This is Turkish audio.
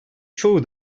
çoğu